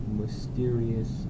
mysterious